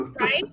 Right